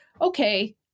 okay